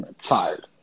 tired